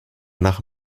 nach